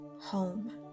home